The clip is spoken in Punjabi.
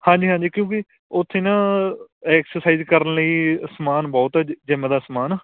ਹਾਂਜੀ ਹਾਂਜੀ ਕਿਉਂਕਿ ਉੱਥੇ ਨਾ ਐਕਸਰਸਾਈਜ਼ ਕਰਨ ਲਈ ਸਮਾਨ ਬਹੁਤ ਆ ਜ ਜਿੰਮ ਦਾ ਸਮਾਨ